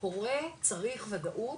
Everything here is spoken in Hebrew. הורה צריך וודאות,